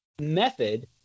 method